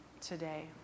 today